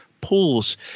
pools